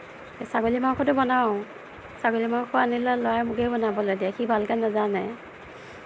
ছাগলী মাংসটো বনাওঁ ছাগলী মাংস আনিলে ল'ৰাই মোকেই বনাব দিয়ে সি ভালকে নাজানে